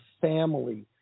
family